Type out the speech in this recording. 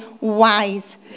wise